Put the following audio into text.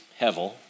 Hevel